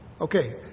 Okay